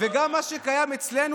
וגם מה שקיים אצלנו,